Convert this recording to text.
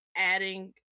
Adding